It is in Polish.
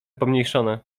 pomniejszone